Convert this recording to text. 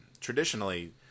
traditionally